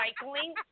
cycling